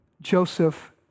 Joseph